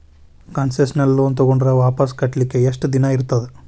Concessional loan ತಗೊಂಡ್ರ್ ವಾಪಸ್ ಕಟ್ಲಿಕ್ಕೆ ಯೆಷ್ಟ್ ದಿನಾ ಇರ್ತದ?